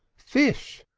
fish!